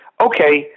okay